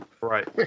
right